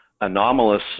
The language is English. anomalous